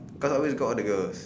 cause I always got all the girls